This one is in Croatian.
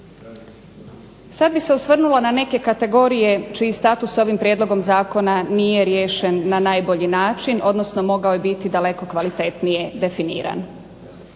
Sada bi se osvrnula na neke kategorije čiji status s ovim prijedlogom zakona nije riješen na najbolji način odnosno mogao je biti daleko kvalitetnije definiran.